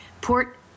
port